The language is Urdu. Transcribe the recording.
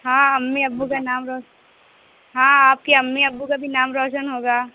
ہاں امی ابو کا نام روشن ہاں آپ کی امی ابو کا بھی نام روشن ہوگا